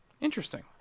Interesting